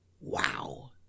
Wow